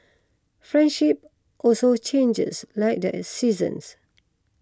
friendship also changes like the seasons